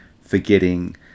forgetting